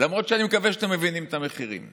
למרות שאני מקווה שאתם מבינים את המחירים,